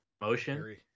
motion